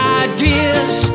ideas